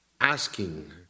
asking